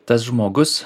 tas žmogus